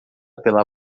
pela